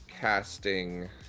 casting